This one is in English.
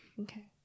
Okay